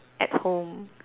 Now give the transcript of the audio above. at home